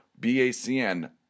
BACN